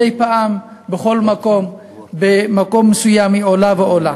מדי פעם, בכל מקום, במקום מסוים היא עולה ועולה.